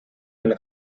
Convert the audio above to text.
den